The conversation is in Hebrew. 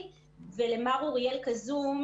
הוא לא רלוונטי.